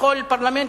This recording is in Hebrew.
בכל פרלמנט,